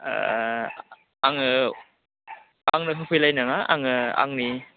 आङो आंनो होफैलायनाङा आङो आंनि